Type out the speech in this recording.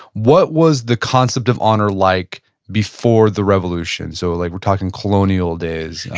what was the concept of honor like before the revolution. so like we're talking colonial days.